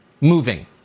moving